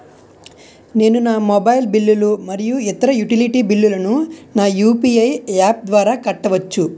నేను నా మొబైల్ బిల్లులు మరియు ఇతర యుటిలిటీ బిల్లులను నా యు.పి.ఐ యాప్ ద్వారా కట్టవచ్చు